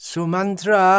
Sumantra